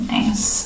Nice